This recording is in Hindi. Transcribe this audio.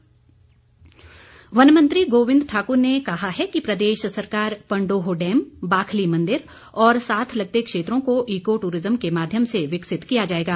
गोविंद वन मंत्री गोविंद ठाक्र ने कहा है कि प्रदेश सरकार पंडोह डैम बाखली मंदिर और साथ लगते क्षेत्रों को इको टूरिज्म के माध्यम से विकसित किया जाएगा